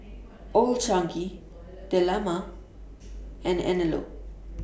Old Chang Kee Dilmah and Anello